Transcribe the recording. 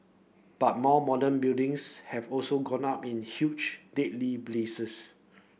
but more modern buildings have also gone up in huge deadly blazes